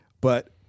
But-